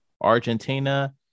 Argentina